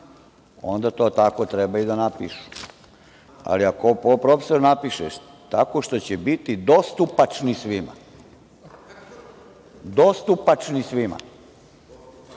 onda to tako treba i da napišu, ali ako profesor napiše - tako što će biti dostupačni svima, dostupačni svima,